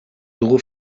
dugu